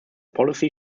policy